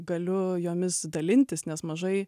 galiu jomis dalintis nes mažai